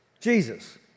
Jesus